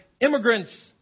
immigrants